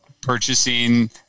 purchasing